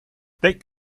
deck